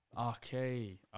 Okay